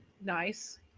nice